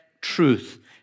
truth